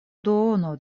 duono